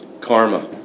Karma